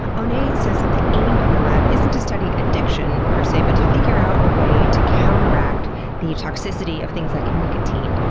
um says that the aim of the lab isn't to study addiction, per se, but to figure out a way to counteract the toxicity of things like nicotine,